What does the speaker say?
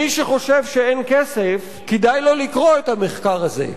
מי שחושב שאין כסף, כדאי לו לקרוא את המחקר הזה,